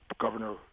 Governor